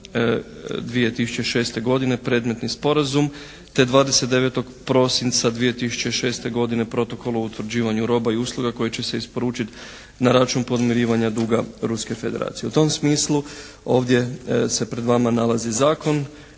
U tom smislu ovdje se pred vama nalazi zakon